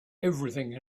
everything